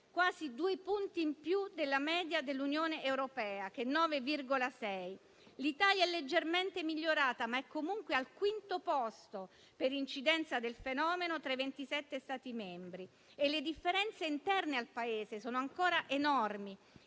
quasi due punti in più della media dell'Unione europea, che è del 9,6 per cento. L'Italia è leggermente migliorata, ma è comunque al quinto posto per incidenza del fenomeno tra i 27 Stati membri. Le differenze interne al Paese, poi, sono ancora enormi: